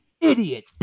idiot